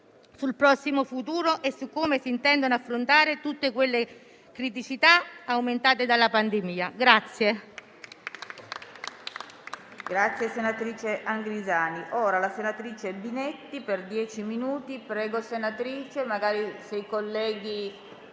sul prossimo futuro e su come si intendano affrontare tutte le criticità ampliate dalla pandemia.